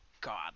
god